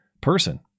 person